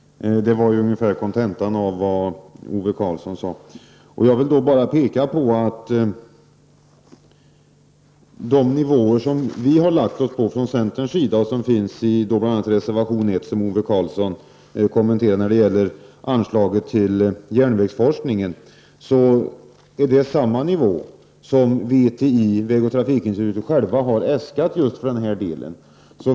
Det var ungefär kontentan av vad Ove Karlsson sade. Ove Karlsson kommenterade bl.a. reservation 1 när det gäller anslag till järnvägsforskningen. Jag vill peka på att vägtrafikinstitutets eget anslagsäskande ligger på samma nivå som det som vi från centerns sida har föreslagit.